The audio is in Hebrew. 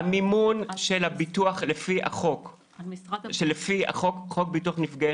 המימון של הביטוח לפי חוק ביטוח נפגעי